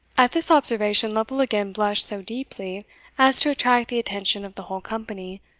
at this observation lovel again blushed so deeply as to attract the attention of the whole company,